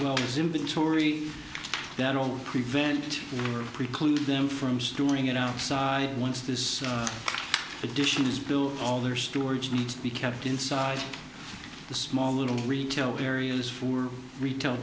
well as inventory that all prevent or preclude them from storing it outside once this edition this bill all their storage needs to be kept inside the small little retail areas for retail